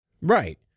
Right